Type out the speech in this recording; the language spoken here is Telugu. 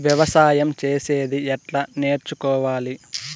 వ్యవసాయం చేసేది ఎట్లా నేర్చుకోవాలి?